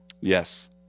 Yes